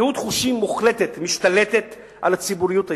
קהות חושים מוחלטת משתלטת על הציבוריות הישראלית.